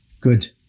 good